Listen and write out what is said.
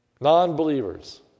non-believers